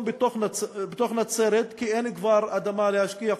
בתוך נצרת כי אין כבר אדמה להשקיע בה,